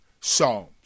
Psalms